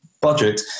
budget